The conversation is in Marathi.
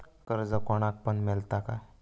कर्ज कोणाक पण मेलता काय?